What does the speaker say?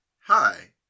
Hi